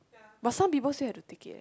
but some people still have to take it